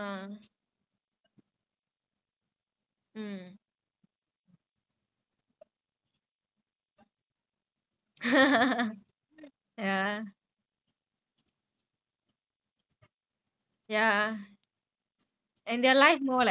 அங்க போனதில்ல மா:anga ponathilla maa mostly I go J_B and K_L because all of them will come there and then got like you know indian muslim எல்லாரும் கல்யாணம் பண்ணிட்டே இருப்பாங்க:ellaarum kalyanam pannittae iruppaanga then can go there see those people very fun I think like malaysia people more chill compared to singapore people ya